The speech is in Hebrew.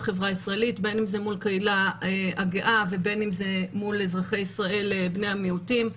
בין אם זה מול הקהילה הגאה ובין אם זה בני המיעוטים.